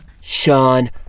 Sean